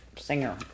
Singer